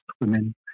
women